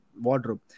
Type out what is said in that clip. wardrobe